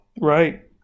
Right